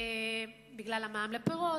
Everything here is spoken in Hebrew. בגלל מע"מ על פירות.